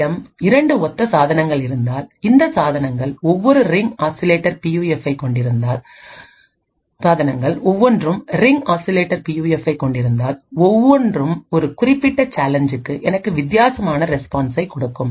என்னிடம் இரண்டு ஒத்த சாதனங்கள் இருந்தால் இந்த சாதனங்கள் ஒவ்வொன்றும் ரிங் ஆசிலேட்டர் பியூஎஃப்பை கொண்டிருந்தால் ஒவ்வொன்றும் ஒரு குறிப்பிட்ட சேலஞ்ச்சுக்கும் எனக்கு வித்தியாசமானரெஸ்பான்சைக் கொடுக்கும்